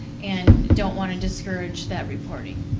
and don't want to discourage that reporting.